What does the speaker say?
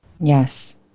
Yes